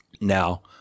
Now